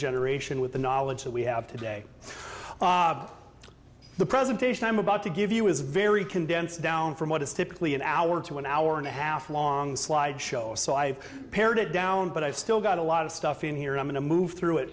generation with the knowledge that we have today the presentation i'm about to give you is very condensed down from what is typically an hour to an hour and a half long slide show so i have pared it down but i've still got a lot of stuff in here i'm going to move through it